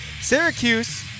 Syracuse